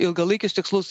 ilgalaikius tikslus